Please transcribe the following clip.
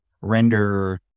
Render